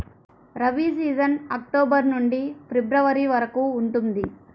rabi season October నుండి February వరకు ఉంటుంది